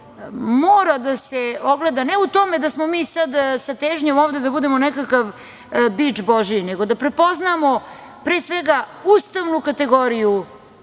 mora da se ogleda, ne u tome da smo mi sada sa težom ovde da budemo nekakav „bič božji“, nego da prepoznamo ustavnu kategoriju